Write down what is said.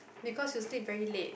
because you sleep very late